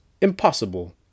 Impossible